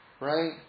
right